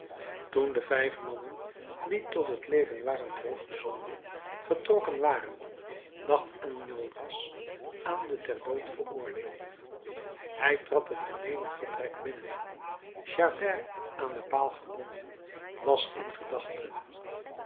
toen de vijf mannen die tot het leven waren teruggezonden vertrokken waren dacht enjolras aan den ter dood veroordeelde hij trad het benedenvertrek binnen javert aan den paal gebonden was in gedachten